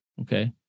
Okay